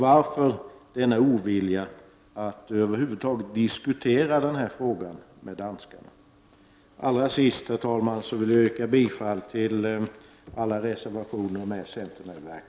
Varför denna ovilja att över huvud taget diskutera frågan med danskarna? Herr talman! Allra sist vill jag yrka bifall till alla reservationer med centermedverkan.